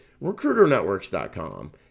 RecruiterNetworks.com